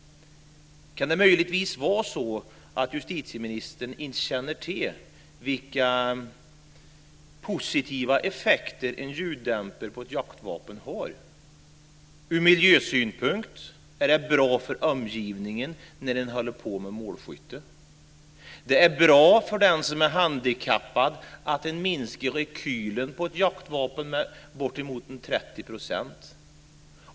Kan det möjligtvis vara så att justitieministern inte känner till vilka positiva effekter en ljuddämpare på ett jaktvapen har? Ur miljösynpunkt är ljuddämparen bra för omgivningen när man håller på med målskytte. Det är bra för den som är handikappad att man minskar rekylen på ett jaktvapen med uppemot 30 %.